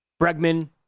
Bregman